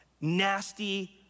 nasty